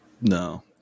No